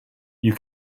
you